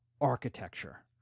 architecture